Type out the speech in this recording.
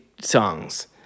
songs